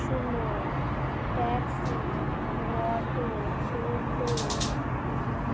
Sumo taxi auto toto